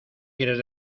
quieres